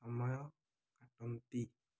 ସମୟ କାଟନ୍ତି